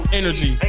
energy